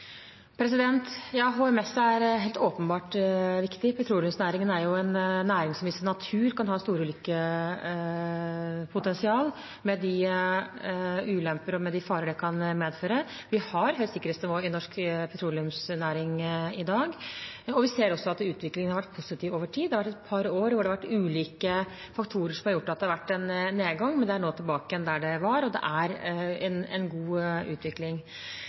HMS er helt åpenbart viktig. Petroleumsnæringen er jo en næring som i sin natur kan ha storulykkepotensial, med de ulemper og farer det kan medføre. Vi har høyt sikkerhetsnivå i norsk petroleumsnæring i dag, og vi ser også at utviklingen har vært positiv over tid. Det har vært et par år hvor det har vært ulike faktorer som har gjort at det har vært en nedgang, men det er nå tilbake igjen der det var, og det er en god utvikling.